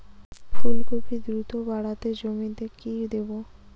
ফুলকপি দ্রুত বাড়াতে জমিতে কি দেবো?